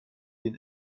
den